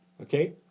Okay